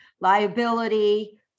liability